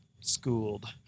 schooled